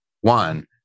one